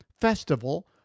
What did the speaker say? festival